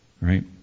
right